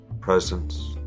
presence